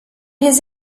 his